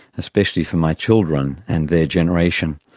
especially for my children and their generation,